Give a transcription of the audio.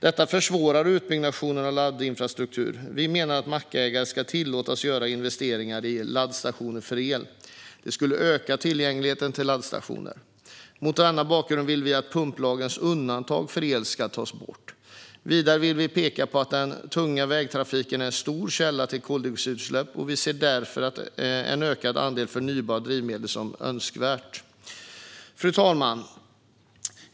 Detta försvårar utbyggnationen av laddinfrastruktur. Vi menar att mackägarna ska tillåtas göra investeringar i laddstationer för el. Detta skulle öka tillgängligheten till laddstationer. Mot denna bakgrund vill vi att pumplagens undantag för el ska tas bort. Vidare vill vi peka på att den tunga vägtrafiken är en stor källa till koldioxidutsläpp. Vi ser därför en ökad andel förnybara drivmedel som önskvärd. Fru talman!